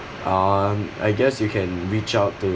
um I guess you can reach out to